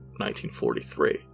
1943